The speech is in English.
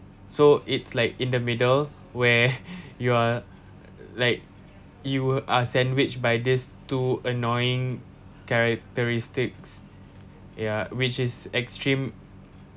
so it's like in the middle where you are like you are sandwiched by this two annoying characteristics ya which is extreme